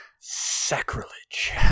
Sacrilege